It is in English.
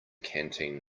canteen